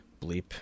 Bleep